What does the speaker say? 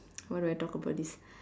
what do I talk about this